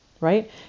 right